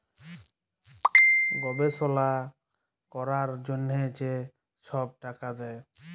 গবেষলা ক্যরার জ্যনহে যে ছব টাকা দেয়